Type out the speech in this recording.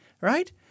right